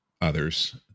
others